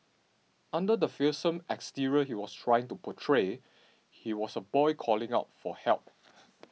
under the fearsome exterior he was trying to portray he was a boy calling out for help